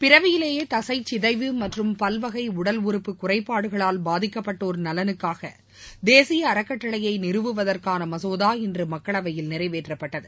பிறவியிலேயே தகைச் சிதைவு மற்றும் பல்வகை உடல் உறுப்பு குறைபாடுகளால் பாதிக்கப்பட்டோர் நலனுக்காக தேசிய அறக்கட்டளையை நிறுவுவதற்கான மசோதா இன்று மக்களவையில் நிறைவேற்றப்பட்டது